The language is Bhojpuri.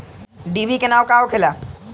डिभी के नाव का होखेला?